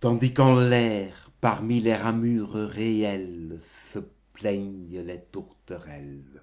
tandis qu'en l'air parmi les ramures réelles se plaignent les tourterelles